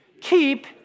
Keep